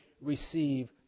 receive